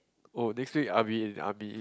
oh next week I'll be in army